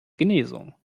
genesung